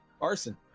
Arson